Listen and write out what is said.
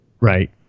Right